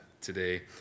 today